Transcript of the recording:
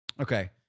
Okay